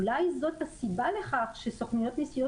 אולי זאת הסיבה לכך שסוכנויות הנסיעות